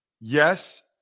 Yes